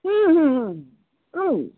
হুম হুম হুম হুম